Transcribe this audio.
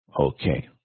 okay